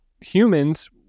humans